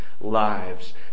lives